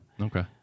okay